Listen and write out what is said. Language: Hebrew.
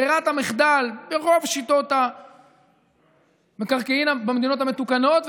ברירת המחדל ברוב שיטות המקרקעין במדינות המתוקנות,